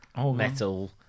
metal